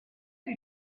did